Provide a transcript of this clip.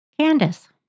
Candice